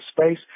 space